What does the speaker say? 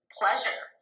pleasure